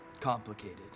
complicated